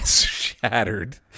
shattered